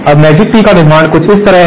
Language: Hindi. अब मैजिक टी का निर्माण कुछ इस तरह है